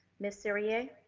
ms. cyrier.